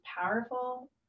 powerful